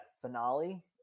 finale